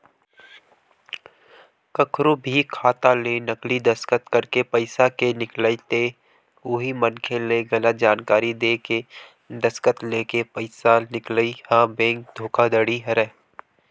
कखरो भी खाता ले नकली दस्कत करके पइसा के निकलई ते उही मनखे ले गलत जानकारी देय के दस्कत लेके पइसा निकलई ह बेंक धोखाघड़ी हरय